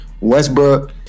Westbrook